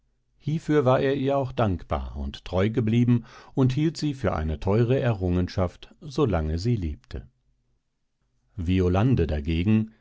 hiefür war er ihr auch dankbar und treu geblieben und hielt sie für eine teure errungenschaft solang sie lebte violande dagegen